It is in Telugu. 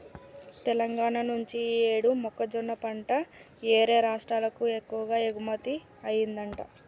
తెలంగాణా నుంచి యీ యేడు మొక్కజొన్న పంట యేరే రాష్టాలకు ఎక్కువగా ఎగుమతయ్యిందంట